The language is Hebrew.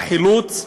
החילוץ,